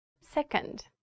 Second